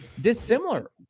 dissimilar